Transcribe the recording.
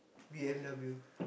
B_M_W